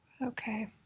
Okay